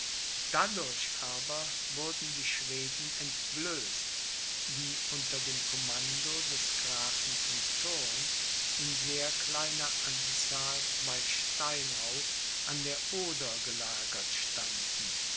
dadurch aber wurden die schweden entblößt die unter dem commando des grafen von thurn in sehr kleiner anzahl bei steinau an der oder gelagert standen